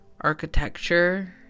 architecture